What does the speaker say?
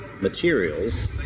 materials